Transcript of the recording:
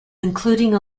including